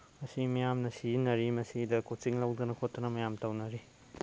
ꯉꯁꯤ ꯃꯤꯌꯥꯝꯅ ꯁꯤꯖꯤꯟꯅꯔꯤ ꯃꯁꯤꯗ ꯀꯣꯆꯤꯡ ꯂꯧꯗꯅ ꯈꯣꯠꯇꯅ ꯃꯌꯥꯝ ꯇꯧꯅꯔꯤ